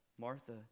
Martha